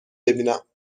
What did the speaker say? ببینم